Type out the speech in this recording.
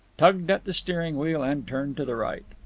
tugged at the steering-wheel, and turned to the right.